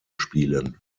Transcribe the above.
spielen